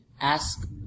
ask